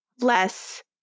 less